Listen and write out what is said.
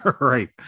Right